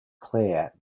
claire